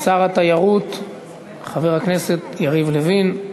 שר התיירות חבר הכנסת יריב לוין.